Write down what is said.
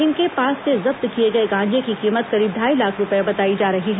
इनके पास से जब्त किए गए गांजे की कीमत करीब ढाई लाख रुपए बताई जा रही है